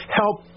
help